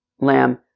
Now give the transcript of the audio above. lamb